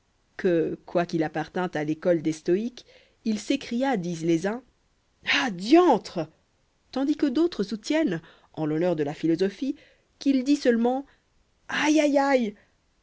que quoiqu'il appartînt à l'école des stoïques il s'écria disent les uns ah diantre tandis que d'autres soutiennent en l'honneur de la philosophie qu'il dit seulement aïe